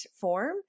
form